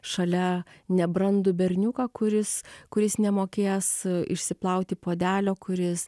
šalia nebrandų berniuką kuris kuris nemokės išsiplauti puodelio kuris